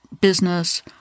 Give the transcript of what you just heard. business